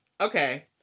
Okay